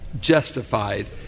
justified